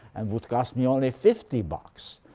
and would cost me only fifty bucks.